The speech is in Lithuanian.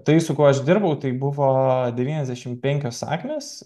tai su kuo aš dirbau tai buvo devyniasdešimt penkios sakmės